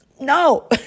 no